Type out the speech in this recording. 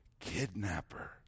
Kidnapper